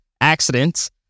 accidents